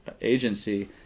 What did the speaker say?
agency